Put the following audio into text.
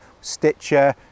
stitcher